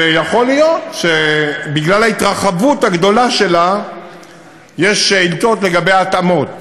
שיכול להיות שבגלל ההתרחבות הגדולה שלה יש שאילתות לגבי ההתאמות